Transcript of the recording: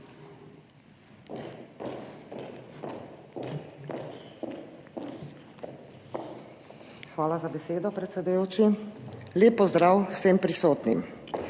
Hvala za besedo, predsedujoči. Lep pozdrav vsem prisotnim!